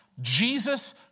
Jesus